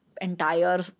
entire